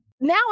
now